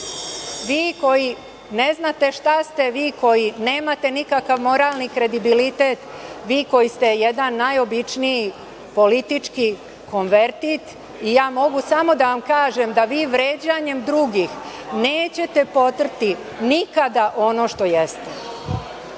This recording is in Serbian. Vi koji ne znate šta ste, vi koji nemate nikakav moralni kredibilitet, vi koji ste jedan najobičniji konvertit i ja mogu samo da vam kažem da vi vređanjem drugih nećete potrti nikada ono što jeste.